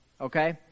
Okay